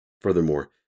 Furthermore